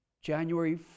January